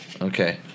Okay